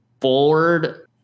forward